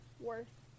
worth